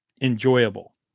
enjoyable